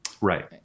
Right